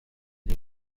les